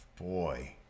Boy